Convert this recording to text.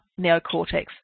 neocortex